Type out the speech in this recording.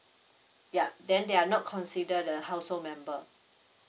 yup then they are not consider the household member